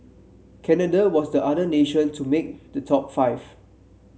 Canada was the other nation to make the top five